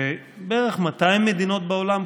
ובערך 200 מדינות בעולם,